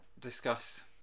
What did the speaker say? discuss